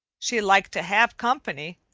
she liked to have company,